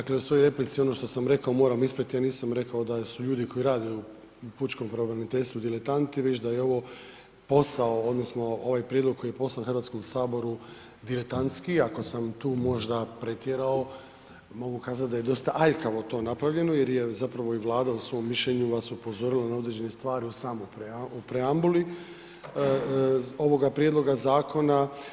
Dakle, u svojoj replici ono što sam rekao moram ispraviti, ja nisam rekao da su ljudi koji rade u pučkom pravobraniteljstvu diletanti, već da je ovo posao odnosno ovaj prijedlog koji je poslan HS-u diletantski, iako sam tu možda pretjerao mogu kazat da je dosta aljkavo to napravljeno jer je i Vlada u svom mišljenju vas upozorila na određene stvari u samoj preambuli ovoga prijedloga zakona.